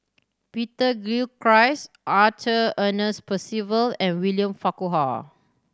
Peter Gilchrist Arthur Ernest Percival and William Farquhar